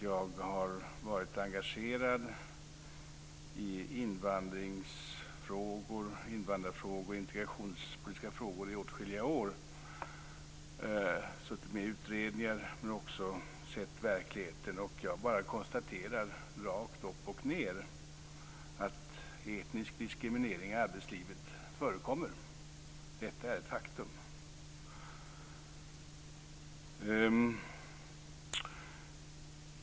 Jag har varit engagerad i invandrarfrågor och integrationspolitiska frågor i åtskilliga år, suttit med i utredningar men också sett verkligheten. Jag bara konstaterar rakt upp och ned att etnisk diskriminering i arbetslivet förekommer. Detta är ett faktum.